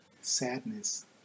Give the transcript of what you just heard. sadness